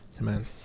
Amen